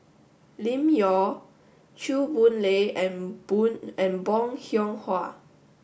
Lim Yau Chew Boon Lay and and Bong Hiong Hwa